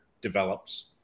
develops